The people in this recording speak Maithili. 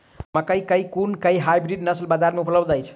मकई केँ कुन केँ हाइब्रिड नस्ल बजार मे उपलब्ध अछि?